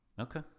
Okay